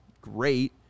great